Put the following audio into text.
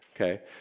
okay